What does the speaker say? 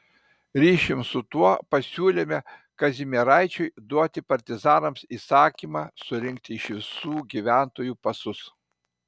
ryšium su tuo pasiūlėme kazimieraičiui duoti partizanams įsakymą surinkti iš visų gyventojų pasus